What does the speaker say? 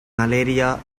malaria